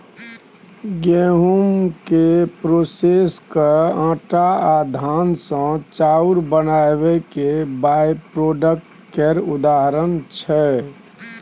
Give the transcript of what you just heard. गहुँम केँ प्रोसेस कए आँटा आ धान सँ चाउर बनाएब बाइप्रोडक्ट केर उदाहरण छै